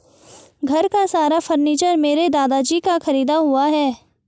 घर का सारा फर्नीचर मेरे दादाजी का खरीदा हुआ है